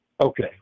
Okay